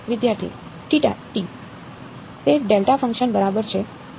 વિદ્યાર્થી તે delta function બરાબર છે